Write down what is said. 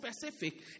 specific